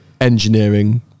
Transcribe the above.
engineering